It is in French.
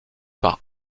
par